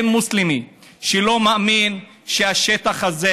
אין מוסלמי שלא מאמין שהשטח הזה,